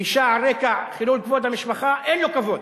אשה על רקע חילול כבוד המשפחה, אין לו כבוד.